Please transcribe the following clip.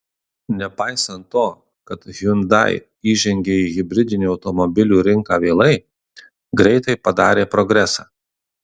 nepaisant to kad hyundai įžengė į hibridinių automobilių rinką vėlai greitai padarė progresą